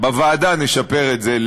בוועדה נשפר את זה,